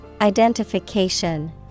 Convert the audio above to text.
Identification